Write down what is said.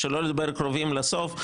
שלא לדבר קרובים לסוף,